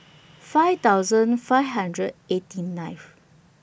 five thousand five hundred eighty nineth